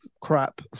crap